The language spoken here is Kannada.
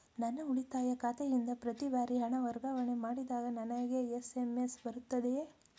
ನನ್ನ ಉಳಿತಾಯ ಖಾತೆಯಿಂದ ಪ್ರತಿ ಬಾರಿ ಹಣ ವರ್ಗಾವಣೆ ಮಾಡಿದಾಗ ನನಗೆ ಎಸ್.ಎಂ.ಎಸ್ ಬರುತ್ತದೆಯೇ?